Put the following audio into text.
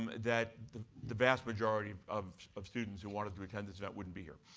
um that the the vast majority of of students who wanted to attend this event wouldn't be here.